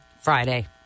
friday